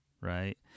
right